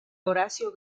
horacio